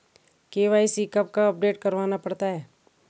KYC कब कब update करवाना पड़ता है?